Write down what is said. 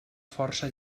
força